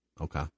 Okay